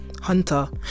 Hunter